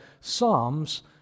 psalms